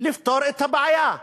לפתור את הבעיה.